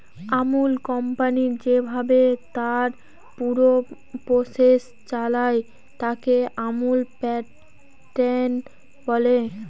Amul company যেভাবে তার পুরো প্রসেস চালায়, তাকে আমুল প্যাটার্ন বলে